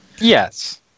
Yes